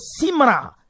Simra